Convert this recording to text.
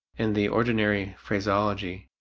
in the ordinary phraseology,